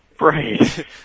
Right